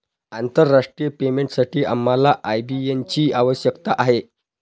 आंतरराष्ट्रीय पेमेंटसाठी आम्हाला आय.बी.एन ची आवश्यकता आहे